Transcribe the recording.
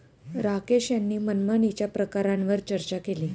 राकेश यांनी मनमानीच्या प्रकारांवर चर्चा केली